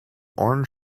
orange